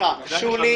בבקשה, שולי.